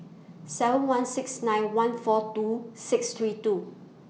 seven one six nine one four two six three two